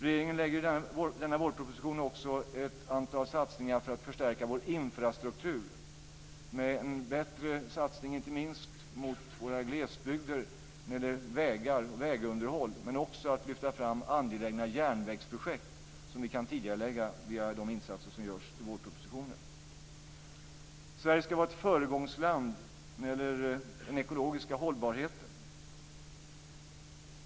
Regeringen lägger i denna vårproposition också fram förslag om ett antal satsningar för att förstärka vår infrastruktur med en bättre satsning inte minst mot våra glesbygder vad gäller vägar och vägunderhåll, men också så att man ska kunna lyfta fram angelägna järnvägsprojekt, som vi kan tidigarelägga via de insatser som görs i vårpropositionen. Sverige ska vara ett föregångsland när det gäller den ekologiska hållbarheten.